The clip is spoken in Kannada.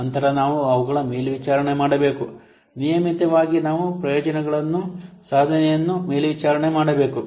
ನಂತರ ನಾವು ಅವುಗಳನ್ನು ಮೇಲ್ವಿಚಾರಣೆ ಮಾಡಬೇಕು ನಿಯಮಿತವಾಗಿ ನಾವು ಪ್ರಯೋಜನಗಳ ಸಾಧನೆಯನ್ನು ಮೇಲ್ವಿಚಾರಣೆ ಮಾಡಬೇಕು